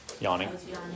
yawning